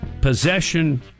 possession